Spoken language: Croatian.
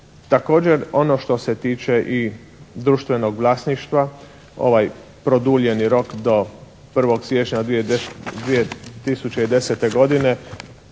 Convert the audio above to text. Također ono što se tiče i društvenog vlasništva, ovaj produljeni rok do 1. siječnja 2010. godine,